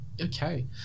Okay